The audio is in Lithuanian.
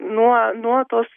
nuo nuo tos